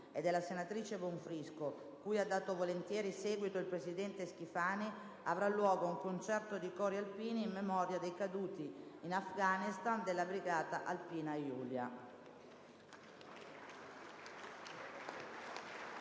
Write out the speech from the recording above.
e della senatrice Bonfrisco, cui ha dato volentieri seguito il presidente Schifani, avrà luogo un concerto di cori alpini in memoria dei caduti in Afghanistan della brigata alpina Julia.